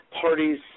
Parties